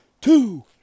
two